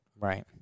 Right